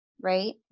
right